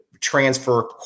transfer